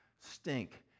stink